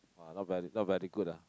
!wah! not very not very good ah